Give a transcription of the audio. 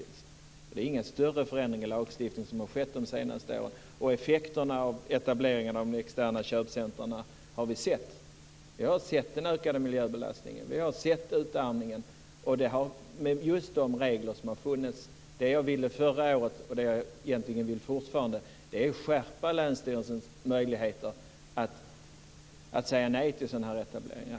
Det har inte skett några större förändringar i lagstiftningen under de senaste åren. Effekterna av etableringarna av de externa köpcentrumen har vi sett, den ökade miljöbelastningen och utarmningen just med de regler som har funnits. Det som jag ville förra året och som jag egentligen fortfarande vill är att skärpa länsstyrelsens möjligheter att säga nej till sådana här etableringar.